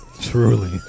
Truly